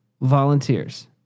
Volunteers